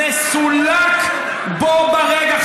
הוא מסולק בו ברגע,